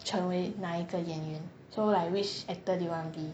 成为哪一个演员 so like which actor do you want to be